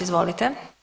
Izvolite.